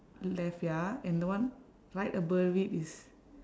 left ya and the one right above it is